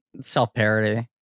self-parody